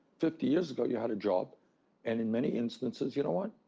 fifty years ago, you had a job and in many instances, you know what?